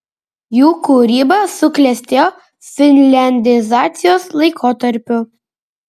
jų kūryba suklestėjo finliandizacijos laikotarpiu